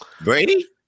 Brady